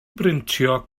brintio